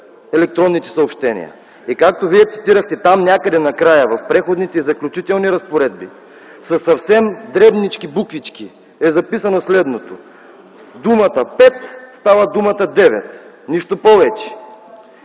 електронните съобщения! И както Вие цитирахте, там някъде накрая, в Преходните и заключителните разпоредби, със съвсем дребнички букви е записано следното: „Думата „пет” става думата „девет”. Нищо повече.